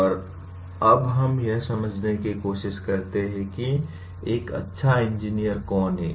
और अब हम यह समझने की कोशिश करते हैं कि एक अच्छा इंजीनियर कौन है